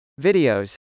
Videos